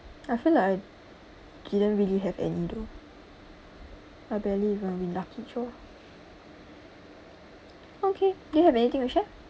I feel like I didn't really have any though I barely even win lucky draw okay do you have anything to share